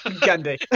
Gandhi